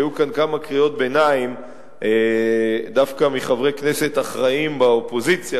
כי היו כאן כמה קריאות ביניים דווקא מחברי כנסת אחראיים באופוזיציה,